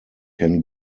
can